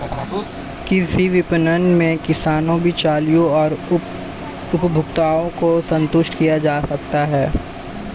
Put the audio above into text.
कृषि विपणन में किसानों, बिचौलियों और उपभोक्ताओं को संतुष्ट किया जा सकता है